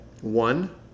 one